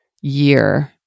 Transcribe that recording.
year